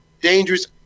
dangerous